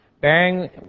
bearing